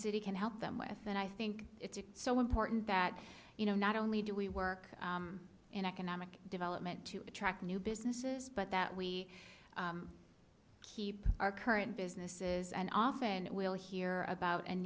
city can help them with and i think it's so important that you know not only do we work in economic development to attract new businesses but that we keep our current businesses and often we'll hear about an